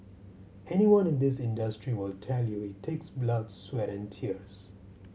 anyone in this industry will tell you it takes blood sweat and tears